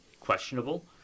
questionable